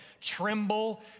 tremble